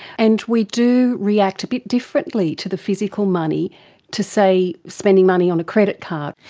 and we do react a bit differently to the physical money to, say, spending money on a credit card.